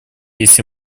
если